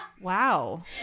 Wow